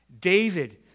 David